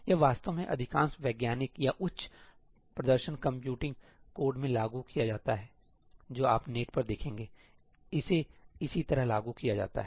यह वास्तव में अधिकांश वैज्ञानिक या उच्च प्रदर्शन कंप्यूटिंग कोड में लागू किया जाता है जो आप नेट पर देखेंगे इसे इसी तरह लागू किया जाता है